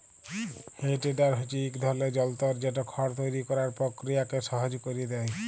হে টেডার হছে ইক ধরলের যল্তর যেট খড় তৈরি ক্যরার পকিরিয়াকে সহজ ক্যইরে দেঁই